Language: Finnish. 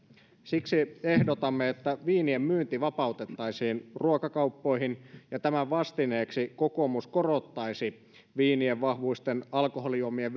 siksi ehdotamme että viinien myynti vapautettaisiin ruokakauppoihin ja tämän vastineeksi kokoomus korottaisi viinien vahvuisten alkoholijuomien